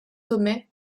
sommet